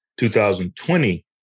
2020